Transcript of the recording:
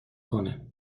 کنه